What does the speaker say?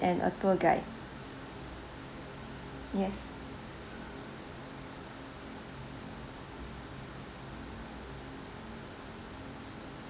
and a tour guide yes